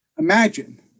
Imagine